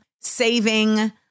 saving